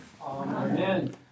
Amen